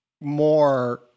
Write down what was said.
more